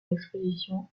l’exposition